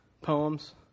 poems